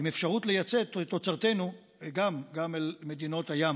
עם אפשרות לייצא את תוצרתנו גם אל מדינות הים.